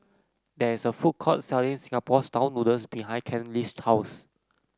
there is a food court selling Singapore style noodles behind Kenley's house